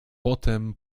potem